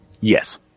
yes